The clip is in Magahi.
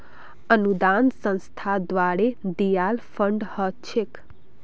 अनुदान संस्था द्वारे दियाल फण्ड ह छेक